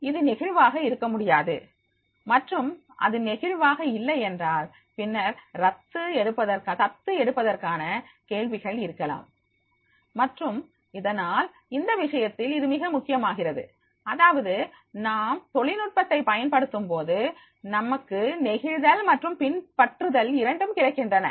இது நெகிழ்வாக இருக்க முடியாது மற்றும் அது நெகிழ்வாக இல்லை என்றால் பின்னர் பின்பற்றுதல் பற்றி கேள்விகள் இருக்கலாம் மற்றும் அதனால் இந்த விஷயத்தில் இது மிக முக்கியமாகிறது அதாவது நாம் தொழில்நுட்பத்தை பயன்படுத்தும் போது நமக்கு நெகிழ்தல் மற்றும் பின்பற்றுதல் இரண்டும் கிடைக்கின்றன